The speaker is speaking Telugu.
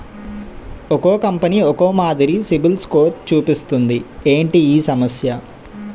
ఒక్కో కంపెనీ ఒక్కో మాదిరి సిబిల్ స్కోర్ చూపిస్తుంది ఏంటి ఈ సమస్య?